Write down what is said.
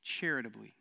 charitably